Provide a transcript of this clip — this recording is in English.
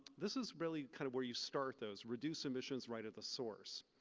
this is really kind of where you start those reduce emissions right of the source.